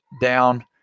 down